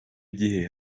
gihe